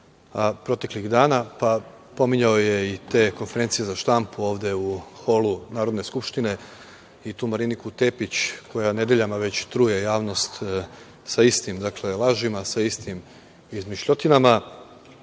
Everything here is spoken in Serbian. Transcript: proteklih dana. Pominjao je i te konferencije za štampu ovde u holu Narodne skupštine i u tu Mariniku Tepić koja nedeljama već truje javnost sa istim, dakle, lažima, sa istim izmišljotinama. Ponekad